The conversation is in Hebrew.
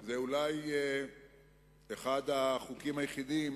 זה אולי אחד החוקים היחידים